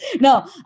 No